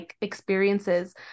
experiences